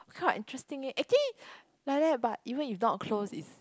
kind of interesting yet actually like that but even if not close is